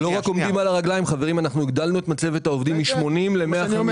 לא רק עומדים על הרגליים אנחנו הגדלנו את מצבת העובדים מ-80 ל-150,